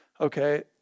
Okay